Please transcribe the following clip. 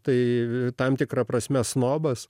tai tam tikra prasme snobas